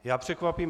Já překvapím.